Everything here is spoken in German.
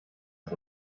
ist